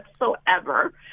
whatsoever